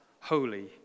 holy